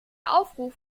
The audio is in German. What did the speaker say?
aufruf